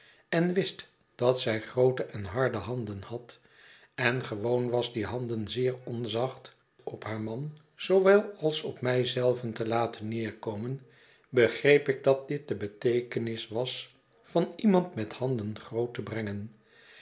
en wist dat zij groote en harde handen had en gewoon was die handen zeer onzacht op haar man zoowel als op mij zelven te laten neerkomen begreep ik dat dit de beteekenis was van iemand met handen groot te brengen